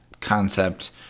concept